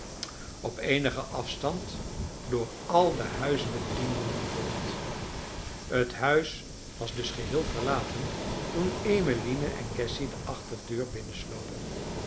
op eenigen afstand door al de huisbedienden gevolgd het huis was dus geheel verlaten toen emmeline en cassy de achterdeur